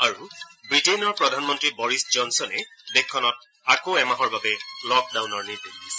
আৰু ৱিটেইনৰ প্ৰধানমন্ত্ৰী বৰিছ জনছনে দেশখনত আকৌ এমাহৰ বাবে লকডাউনৰ নিৰ্দেশ দিছে